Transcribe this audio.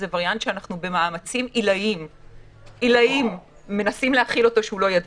זה וריאנט שאנחנו במאמצים עילאיים מנסים להכיל אותו שהוא לא ידביק.